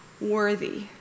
worthy